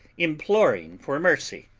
imploring for mercy.